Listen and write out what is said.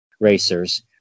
racers